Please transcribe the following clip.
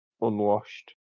unwashed